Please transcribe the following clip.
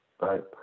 right